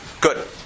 good